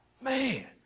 Man